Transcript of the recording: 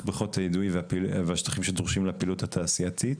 בריכות האידוי והשטחים שדרושים לפעילות התעשייתית,